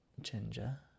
ginger